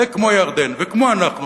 כמו ירדן וכמונו,